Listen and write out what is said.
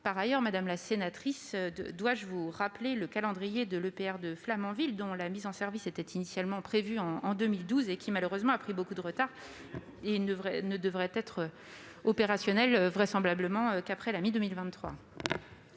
Par ailleurs, dois-je vous rappeler le calendrier de l'EPR de Flamanville, dont la mise en service était initialement prévue en 2012 et qui, malheureusement, a pris beaucoup de retard ? Il ne devrait être opérationnel vraisemblablement qu'après la mi-2023.